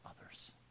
others